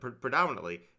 predominantly